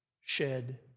shed